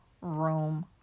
room